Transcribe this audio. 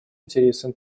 интересам